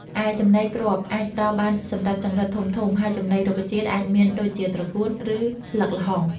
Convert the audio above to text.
ឯចំណីគ្រាប់អាចផ្តល់បានសម្រាប់ចង្រិតធំៗ ហើយចំណីរុក្ខជាតិអាចមានដូចជាត្រកួន ឬស្លឹកល្ហុង។